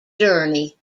journey